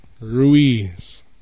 Ruiz